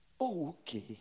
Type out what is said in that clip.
Okay